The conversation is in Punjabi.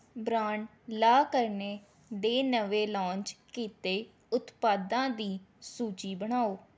ਬ੍ਰਾਂਡ ਲਾ ਕਾਰਨੇ ਦੇ ਨਵੇਂ ਲਾਂਚ ਕੀਤੇ ਉਤਪਾਦਾਂ ਦੀ ਸੂਚੀ ਬਣਾਓ